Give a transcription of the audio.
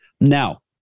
Now